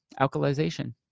alkalization